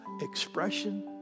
expression